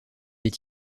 est